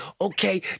okay